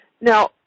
Now